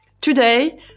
today